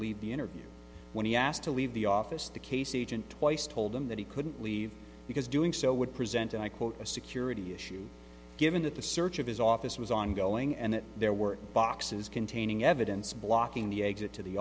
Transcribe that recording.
leave the interview when he asked to leave the office the case each and twice told him that he couldn't leave because doing so would present and i quote a security issue given that the search of his office was ongoing and that there were boxes containing evidence blocking the exit to the